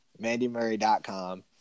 mandymurray.com